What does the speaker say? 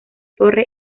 torre